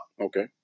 Okay